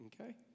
Okay